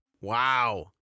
Wow